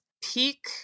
peak